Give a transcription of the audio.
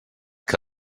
que